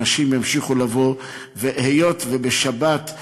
אנשים ימשיכו לבוא, היות שבשבת,